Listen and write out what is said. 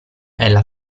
ella